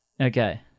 Okay